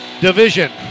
division